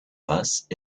passent